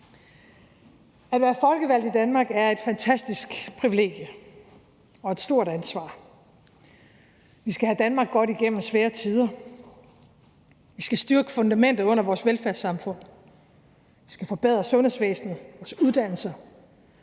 At være folkevalgt i Danmark er et fantastisk privilegie og et stort ansvar. Vi skal have Danmark godt igennem svære tider. Vi skal styrke fundamentet under vores velfærdssamfund, vi skal forbedre sundhedsvæsenet, vores uddannelser,